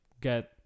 get